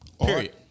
Period